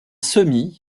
semis